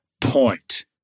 point